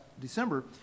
December